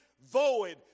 void